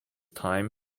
time